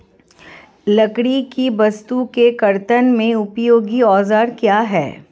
लकड़ी की वस्तु के कर्तन में उपयोगी औजार क्या हैं?